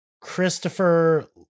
Christopher